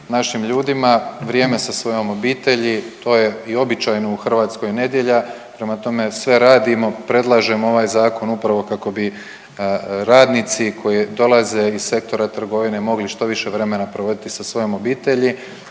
našim ljudima vrijeme sa svojom obitelji, to je i običajno u Hrvatskoj nedjelja, prema tome sve radimo, predlažemo ovaj zakon upravo kako bi radnici koji dolaze iz sektora trgovine mogli što više vremena provoditi sa svojom obitelji,